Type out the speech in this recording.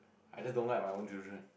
I just don't like my own children